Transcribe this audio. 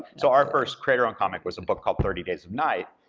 so our first creator-owned comic was a book called thirty days of night,